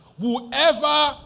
Whoever